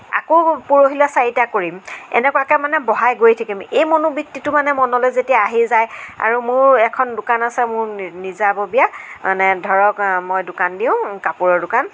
আকৌ পৰহিলৈ চাৰিটা কৰিম এনেকুৱাকে মানে বঢ়াই গৈ থাকিম এই মনোবৃত্তিটো মানে মনলৈ যেতিয়া আহি যায় আৰু মোৰ এখন দোকান আছে মোৰ নিজাববীয়া মানে ধৰক মই দোকান দিওঁ কাপোৰৰ দোকান